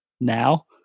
now